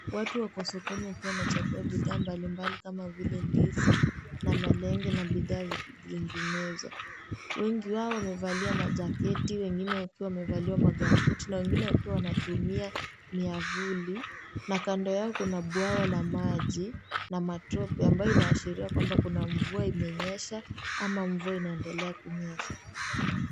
Watu wako sokoni wakiwa wakinachagua bidhaa mbalimbali kama vile ndizi na malenge na bidhaa zinginezo, wengi wao wamevalia majaketi wengine wakiwa wamevalia magambuti na wengine wakiwa wanatumia mwiafuli na kando yao kuna bwago la maji na matope ambayo inaashiria kwamba kuna mvua imenyesha ama inaendelea kunyesha.